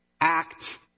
act